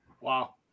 Wow